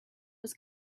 was